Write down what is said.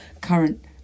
current